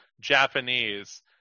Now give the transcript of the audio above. Japanese